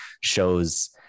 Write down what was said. shows